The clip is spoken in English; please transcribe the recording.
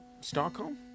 Stockholm